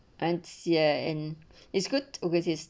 and ya and its good overseas